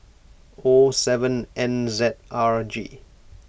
O seven N Z R G